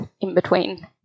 in-between